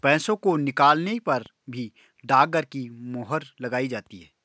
पैसों को निकालने पर भी डाकघर की मोहर लगाई जाती है